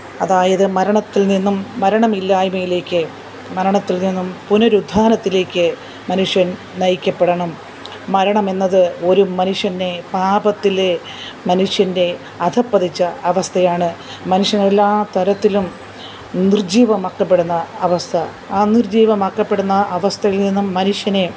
അതായത് മരണത്തില് നിന്നും മരണമില്ലായ്മയിലേക്ക് മരണത്തില് നിന്നും പുനരുദ്ധാനത്തിലേക്ക് മനുഷ്യന് നയിക്കപ്പെടണം മരണമെന്നത് ഒരു മനുഷ്യനെ പാപത്തിലെ മനുഷ്യന്റെ അധപതിച്ച അവസ്ഥയാണ് മനുഷ്യൻ എല്ലാ തരത്തിലും നിര്ജ്ജീവമാക്കപ്പെടുന്ന അവസ്ഥ ആ നിര്ജ്ജീവമാക്കപ്പെടുന്ന അവസ്ഥയില് നിന്നും മനുഷ്യനെ